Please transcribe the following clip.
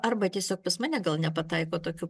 arba tiesiog pas mane gal nepataiko tokių